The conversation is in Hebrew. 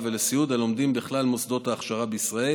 ולסיעוד הלומדים בכלל מוסדות ההכשרה בישראל.